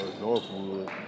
Northwood